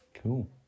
Cool